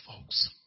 folks